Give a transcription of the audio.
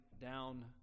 down